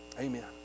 Amen